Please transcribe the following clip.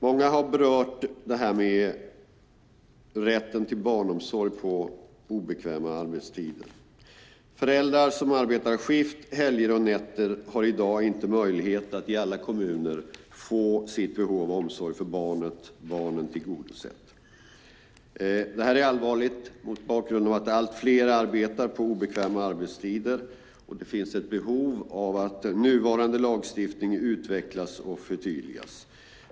Den andra punkten gäller rätten till barnomsorg på obekväm arbetstid, vilket många har berört. Föräldrar som arbetar skift, helger och nätter har i dag inte möjlighet i alla kommuner att få sitt behov av omsorg för barnen tillgodosett. Detta är allvarligt mot bakgrund av att allt fler arbetar på obekväm arbetstid. Det finns ett behov av att nuvarande lagstiftning utvecklas och förtydligas.